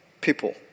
people